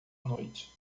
noite